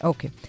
Okay